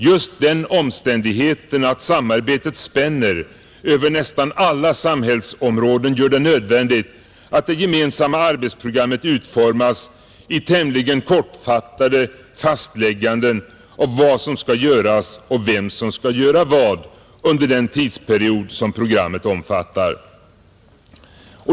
Just den omständigheten att samarbetet spänner över nästan alla samhällsområden gör det nödvändigt att det gemensamma arbetsprogrammet utformas i tämligen kortfattade fastlägganden av vad som skall göras och vem som skall göra vad under den tidsperiod som programmet omfattar.